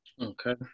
Okay